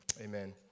amen